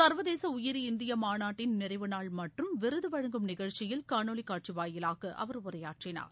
சர்வதேச உயிரி இந்தியா மாநாட்டின் நிறைவுநாள் மற்றும் விருது வழங்கும் நிகழ்ச்சியில் காணொலி காட்சி வாயிலாக அவர் உரையாற்றினார்